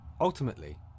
ultimately